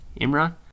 Imran